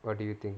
what do you think